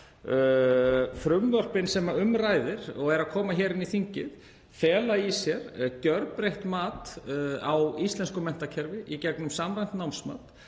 Frumvörpin sem um ræðir, og eru að koma inn í þingið, fela í sér gjörbreytt mat á íslensku menntakerfi í gegnum samræmt námsmat,